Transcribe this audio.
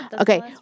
Okay